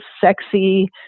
sexy